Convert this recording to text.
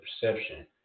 perception